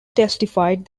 testified